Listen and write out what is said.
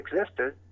existed